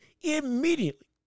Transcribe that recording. Immediately